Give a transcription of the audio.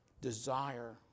desire